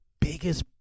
biggest